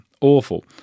awful